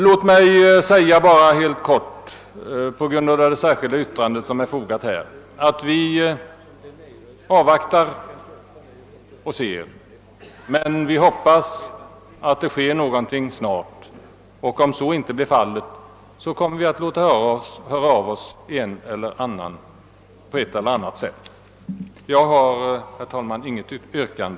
Låt mig med anledning av det särskilda yttrandet förklara att vi avvaktar men hoppas att det sker någonting snart. Om så inte blir fallet, kommer vi att låta höra av oss på ett eller annat sätt. Jag har, herr talman, inte något yrkande.